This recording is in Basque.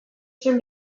zen